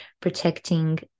protecting